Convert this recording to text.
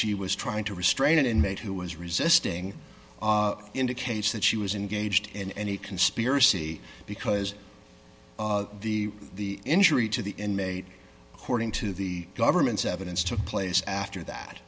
she was trying to restrain an inmate who was resisting indicates that she was engaged in any conspiracy because the the injury to the inmate according to the government's evidence took place after that